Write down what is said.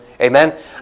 Amen